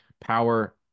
power